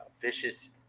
vicious